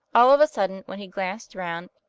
all of a sudden, when he glanced round,